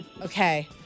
Okay